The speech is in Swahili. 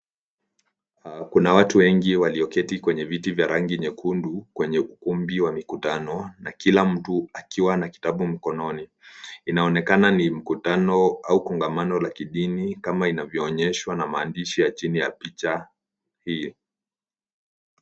Kuna watu wengi walioketi kwenye viti vya rangi nyekundu kwenye ukumbi wa mikutano na kila mtu akiwa na kitabu mkononi. Inaonekana ni mkutano au kongamano la kidini kama inavyoonyeshwa na maandishi ya chini ya picha hio.